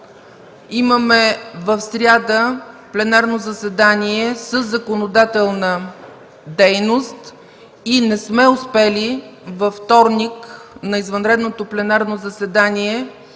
имаме пленарно заседание със законодателна дейност и не сме успели на извънредното пленарно заседание